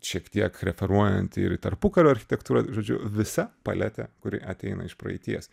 šiek tiek referuojant ir į tarpukario architektūrą žodžiu visa paletė kuri ateina iš praeities